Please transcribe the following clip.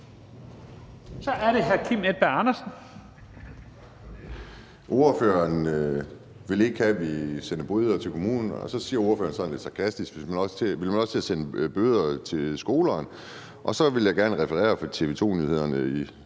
Kl. 14:59 Kim Edberg Andersen (NB): Ordføreren vil ikke have, at vi sender bøder til kommunerne, og så siger ordføreren sådan lidt sarkastisk: Vil man nu også til at sende bøder til skolerne? Og så vil jeg gerne referere til TV 2 Nyhederne